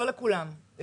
לא לכולן.